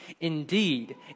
indeed